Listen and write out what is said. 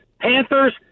Panthers